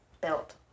built